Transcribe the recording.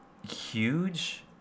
Huge